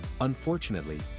Unfortunately